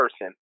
person